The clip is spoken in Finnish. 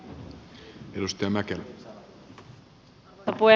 arvoisa puhemies